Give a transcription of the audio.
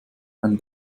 meinen